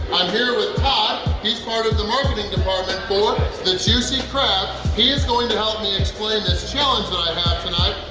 i'm here with todd, he's part of the marketing department for the juicy crab. he is going to help me explain this challenge that i have tonight.